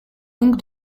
donc